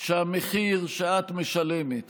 שהמחיר שאת משלמת